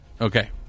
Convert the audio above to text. okay